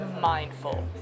mindful